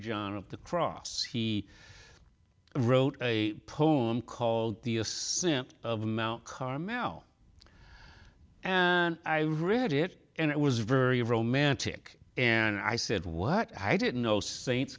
john of the cross he wrote a poem called the ascent of mount carmel and i read it and it was very romantic and i said what i didn't know saints